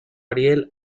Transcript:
ariel